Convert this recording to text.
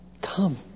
come